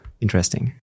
interesting